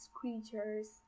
creatures